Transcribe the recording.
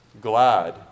glad